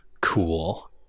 Cool